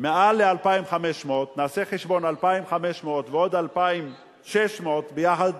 יותר מ-2,500, נעשה חשבון: 2,500 ועוד 2,600 יחד